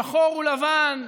שחור הוא לבן.